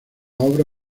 obra